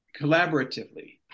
collaboratively